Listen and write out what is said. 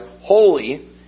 holy